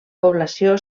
població